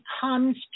comes